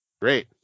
great